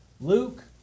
Luke